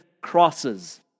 crosses